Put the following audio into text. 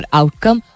outcome